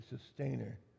sustainer